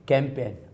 Campaign